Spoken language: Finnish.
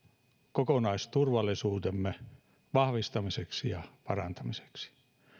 kokonaisturvallisuutemme vahvistamiseksi ja parantamiseksi